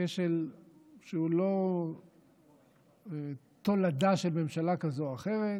כשל שהוא לא תולדה של ממשלה כזו או אחרת,